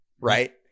Right